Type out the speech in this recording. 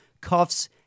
cuffs